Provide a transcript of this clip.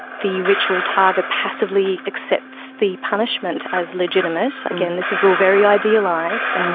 the ritual target passively accepts the punishment as legitimate. again, this is all very idealised.